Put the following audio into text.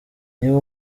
niba